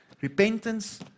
Repentance